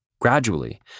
Gradually